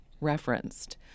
referenced